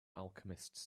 alchemists